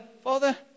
Father